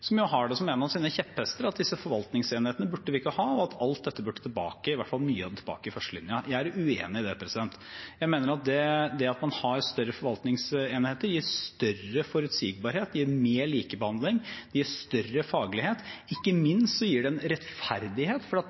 som jo har det som en av sine kjepphester at disse forvaltningsenhetene burde vi ikke ha, og at alt dette, i hvert fall mye av det, burde tilbake i førstelinja. Jeg er uenig i det. Jeg mener at det at man har større forvaltningsenheter, gir større forutsigbarhet, mer likebehandling og større faglighet. Ikke minst gir det rettferdighet